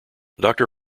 doctor